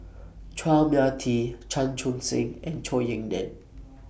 Chua Mia Tee Chan Chun Sing and Zhou Ying NAN